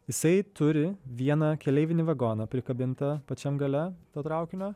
jisai turi vieną keleivinį vagoną prikabintą pačiam gale to traukinio